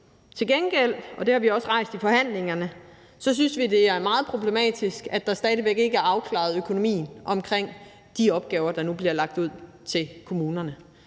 synes vi, at det er meget problematisk, at der stadig væk ikke er afklaret en økonomi omkring de opgaver, der nu bliver lagt ud til kommunerne.